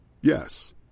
Yes